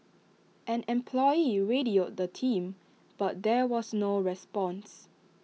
an employee radioed the team but there was no response